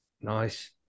Nice